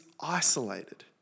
isolated